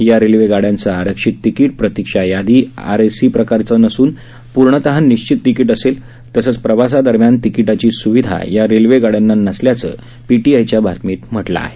या रेल्वे गाड्यांचं आरक्षित तिकीट प्रतिक्षा यादी आरएसी प्रकारचं नसून पूर्णत निश्चित तिकीट असेल तसंच प्रवासादरम्यान तिकिटाची सुविधा या रेल्वे गाड्यांना नसल्याचं पीटीआयच्या बातमीत म्हटलं आहे